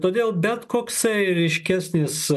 todėl bet koks ryškesnis